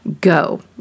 go